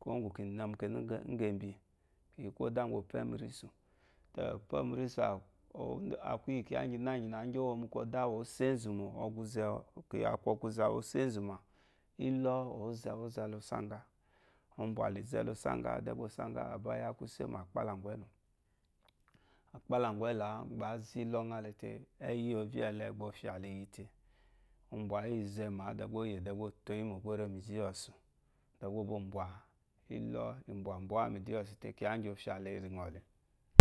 kuwu ugu ki no mukeya igibi kiyi koda ngɔ opeme mi iyi risu to ope memi yirisu awu aku iyi kiya gina gina yiyo pemeni iri risuwa aku oguze uwu osa ezuma ilo uzalo saga ubɔleze lo saga degha osaga aya kuse ma akpalagu elu akpala gu elua gba azo ilo nya lete eyi yi oryalete iyi ofalegba iyi te obɔyi zema de gba otoyimode gba oreyi midu owa osu de gba ubo bwa ilo ibo bwa kiya gi ofile